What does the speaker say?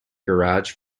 garage